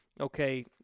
okay